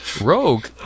rogue